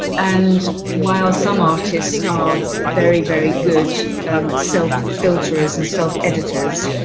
and while some artists are very, very good um self filters and stuff editors,